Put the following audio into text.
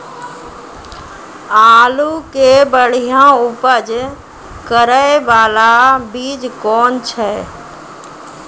आलू के बढ़िया उपज करे बाला बीज कौन छ?